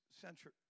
century